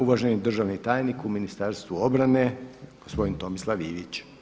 Uvaženi državni tajnik u Ministarstvu obrane gospodin Tomislav Ivić.